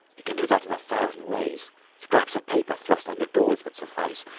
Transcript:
he can do that in a thousand ways scraps of paper thrust under doors would suffice.